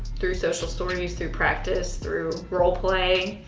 through social stories, through practice, through roleplay,